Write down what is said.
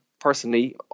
personally